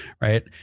right